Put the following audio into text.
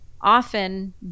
often